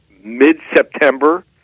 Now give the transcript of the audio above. mid-September